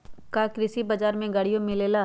का कृषि बजार में गड़ियो मिलेला?